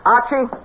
Archie